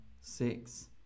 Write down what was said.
six